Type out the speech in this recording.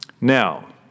Now